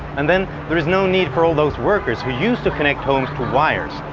and then, there is no need for all those workers who used to connect homes to wires,